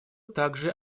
также